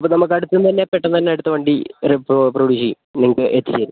അപ്പോൾ നമുക്ക് അടുത്തുനിന്ന് തന്നെ പെട്ടെന്ന് തന്നെ അടുത്ത വണ്ടി പ്രൊ പ്രൊഡ്യൂസ് ചെയ്യും നിങ്ങൾക്ക് എത്തിച്ച് തരും